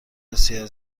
بسیار